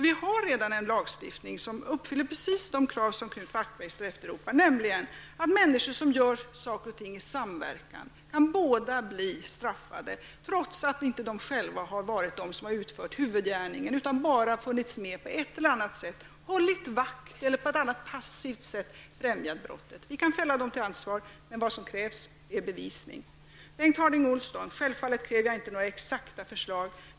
Vi har redan en lagstiftning som uppfyller precis de krav som Knut Wachtmeister efterlyser, nämligen att människor som gör saker och ting i samverkan kan bli straffade trots att de inte själva har varit den som utförde huvudgärningen utan bara funnits med på ett eller annat sätt, t.ex. hållit vakt eller på något annat passivt sätt främjat brottet. Vi kan fälla dem till ansvar, men vad som krävs är bevisning. Jag kräver självfallet inte några exakta förslag, Bengt Harding Olson.